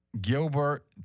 Gilbert